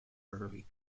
early